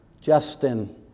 Justin